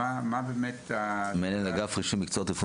מנהל אגף רישום מקצועות רפואה,